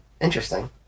Interesting